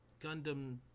Gundam